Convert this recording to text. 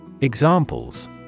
Examples